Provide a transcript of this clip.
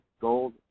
gold